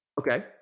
Okay